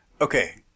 Okay